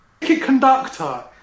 conductor